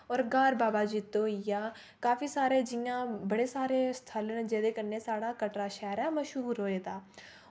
और ग्हार बाबा जित्तो होइया काफी सारे जि'यां बड़े सारे स्थल न जेह्दे कन्नै साढ़ा कटरा शैह्र ऐ मश्हूर होए दा